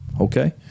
okay